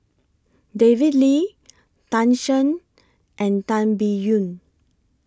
David Lee Tan Shen and Tan Biyun